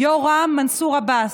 יו"ר רע"מ מנסור עבאס,